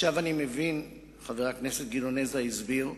עכשיו אני מבין, חבר הכנסת גדעון עזרא הסביר,